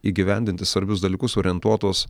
įgyvendinti svarbius dalykus orientuotos